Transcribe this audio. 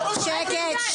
שקט.